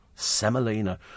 Semolina